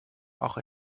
auch